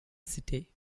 city